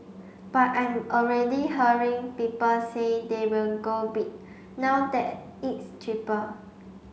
but I'm already hearing people say they will go bid now that it's cheaper